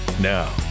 Now